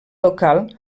local